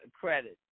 credit